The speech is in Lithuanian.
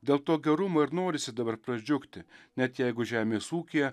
dėl to gerumo ir norisi dabar pradžiugti net jeigu žemės ūkyje